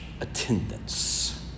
attendance